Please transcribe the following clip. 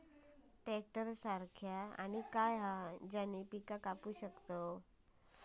Tractor सारखा आणि काय हा ज्याने पीका कापू शकताव?